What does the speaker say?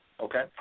Okay